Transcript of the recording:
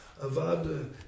Avada